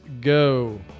go